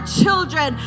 children